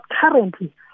currently